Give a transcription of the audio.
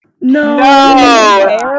No